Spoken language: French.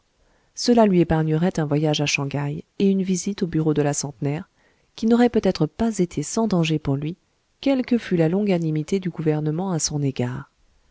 cela lui épargnerait un voyage à shang haï et une visite aux bureaux de la centenaire qui n'auraient peut-être pas été sans danger pour lui quelle que fût la longanimité du gouvernement à son égard